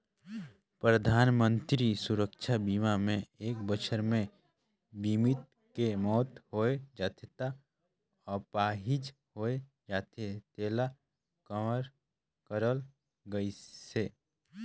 परधानमंतरी सुरक्छा बीमा मे एक बछर मे बीमित के मउत होय जाथे य आपाहिज होए जाथे तेला कवर करल गइसे